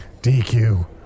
DQ